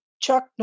Chuck